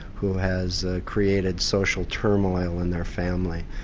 who has created social turmoil in their family,